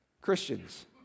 Christians